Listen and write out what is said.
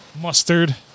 Mustard